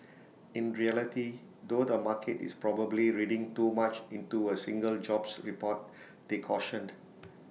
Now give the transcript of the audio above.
in reality though the market is probably reading too much into A single jobs report they cautioned